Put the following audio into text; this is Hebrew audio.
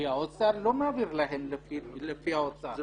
כי האוצר לא מעביר להם לפי האוצר,